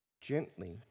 gently